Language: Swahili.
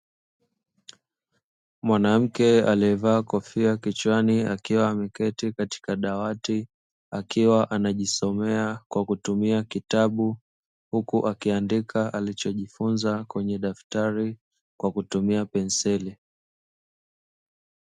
Mwanamke aliye vaa kofia kichwani akiwa ameketi katika dawati, akiwa anajisomea kwa kutumia kitabu huku akiandika alichojifunza kwenye daftari kwa kutumia penseli.